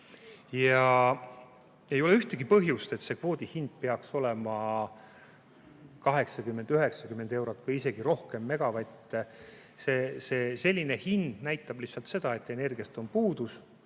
Ei ole ühtegi põhjust, et kvoodihind peaks olema 80–90 eurot või isegi rohkem megavati kohta. Selline hind näitab lihtsalt seda, et energiast on puudus.